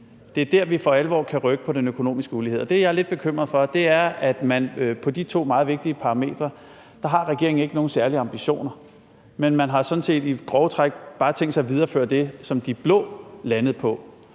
Det er dér, vi for alvor kan rykke på den økonomiske ulighed. Det, jeg er lidt bekymret for, er, at regeringen på de to meget vigtige parametre ikke har nogen særlige ambitioner, og at man sådan set i grove træk bare har tænkt sig at videreføre det, som de blå landede på,